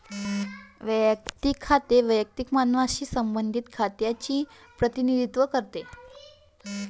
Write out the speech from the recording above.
वैयक्तिक खाते वैयक्तिक मानवांशी संबंधित खात्यांचे प्रतिनिधित्व करते